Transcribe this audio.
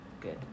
good